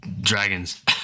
dragons